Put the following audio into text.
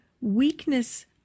weakness